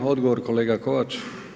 Odgovor kolega Kovač.